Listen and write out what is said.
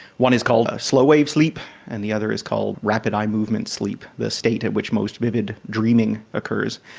one is called a slow wave sleep and the other is called rapid eye movement sleep, the state at which most vivid dreaming occurs.